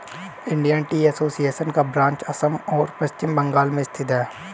Indian tea association का branch Assam और पश्चिम बंगाल में स्थित है